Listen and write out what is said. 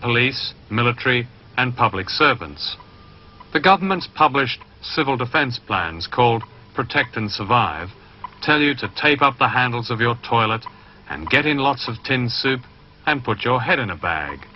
police military and public servants the government's published civil defense plans called protect and survive tell you to take off the handles of your toilets and getting lots of tinned soup and put your head in a bag